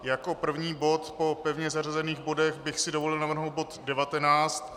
Jako první bod po pevně zařazených bodech bych si dovolil navrhnout bod 19.